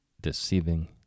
deceiving